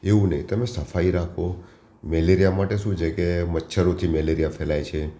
એવું નહીં તમે સફાઈ રાખો મેલેરિયા માટે શું છે કે મચ્છરોથી મેલેરિયા ફેલાય છે